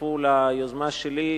שהצטרפו ליוזמה שלי,